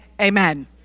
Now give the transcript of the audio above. amen